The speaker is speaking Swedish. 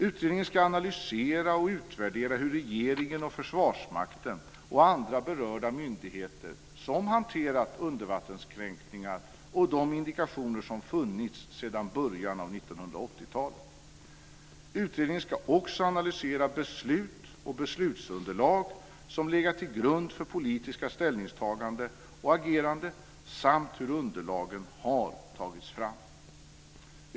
Utredningen ska analysera och utvärdera hur regeringen och Försvarsmakten och andra berörda myndigheter som hanterat undervattenskränkningar agerat och de indikationer som funnits sedan början av 1980-talet. Utredningen ska också analysera beslut och beslutsunderlag som legat till grund för politiska ställningstaganden och ageranden samt hur underlagen har tagits fram.